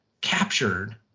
captured